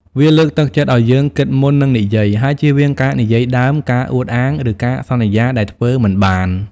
វាលើកទឹកចិត្តឲ្យយើងគិតមុននឹងនិយាយ ហើយជៀសវាងការនិយាយដើម ការអួតអាង ឬការសន្យាដែលធ្វើមិនបាន។